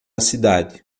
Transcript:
cidade